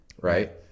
Right